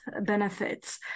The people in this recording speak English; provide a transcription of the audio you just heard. benefits